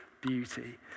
beauty